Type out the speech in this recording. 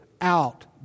out